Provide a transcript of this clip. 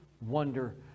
wonder